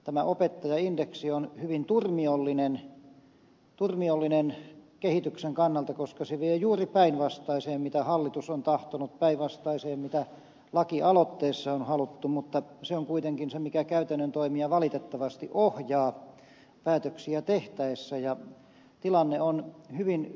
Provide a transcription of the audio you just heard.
tämä opettajaindeksi on hyvin turmiollinen kehityksen kannalta koska se vie juuri päinvastaiseen mitä hallitus on tahtonut päinvastaiseen mitä laki aloitteessa on haluttu mutta se on kuitenkin se mikä käytännön toimia valitettavasti ohjaa päätöksiä tehtäessä ja tilanne on hyvin huolestuttava